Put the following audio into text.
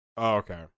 okay